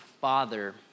father